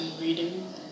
reading